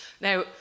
Now